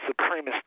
supremacist